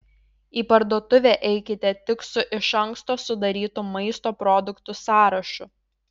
į parduotuvę eikite tik su iš anksto sudarytu maisto produktų sąrašu